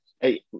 Hey